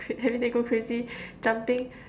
everyday go crazy jumping